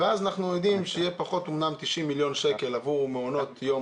ואז אנחנו יודעים שיהיה אמנם פחות 90 מיליון שקל עבור מעונות יום